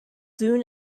soon